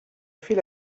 fait